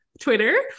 Twitter